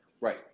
Right